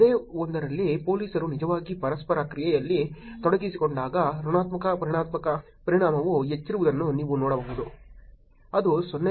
ಅದೇ ಒಂದರಲ್ಲಿ ಪೋಲೀಸರು ನಿಜವಾಗಿ ಪರಸ್ಪರ ಕ್ರಿಯೆಯಲ್ಲಿ ತೊಡಗಿಸಿಕೊಂಡಾಗ ಋಣಾತ್ಮಕ ಪರಿಣಾಮವು ಹೆಚ್ಚಿರುವುದನ್ನು ನೀವು ನೋಡಬಹುದು ಅದು 0